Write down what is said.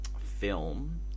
film